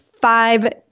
five